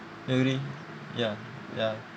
do you agree ya ya